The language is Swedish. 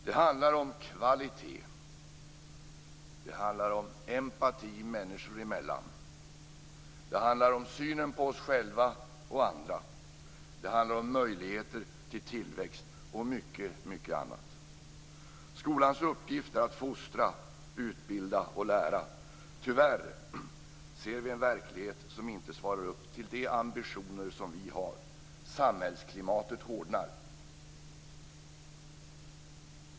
Det handlar om kvalitet, det handlar om empati människor emellan, det handlar om synen på oss själva och andra, det handlar om möjligheter till tillväxt och mycket, mycket annat. Skolans uppgift är att fostra, utbilda och lära. Tyvärr ser vi en verklighet som inte svarar upp till de ambitioner som vi har. Samhällsklimatet hårdnar.